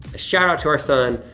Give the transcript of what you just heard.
shout-out to our son,